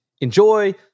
enjoy